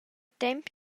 temp